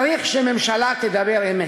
צריך שממשלה תדבר אמת.